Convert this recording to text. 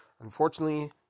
Unfortunately